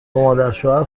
مادرشوهر